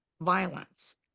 violence